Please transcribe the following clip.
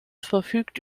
verfügt